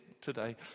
today